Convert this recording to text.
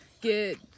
get